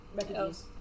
refugees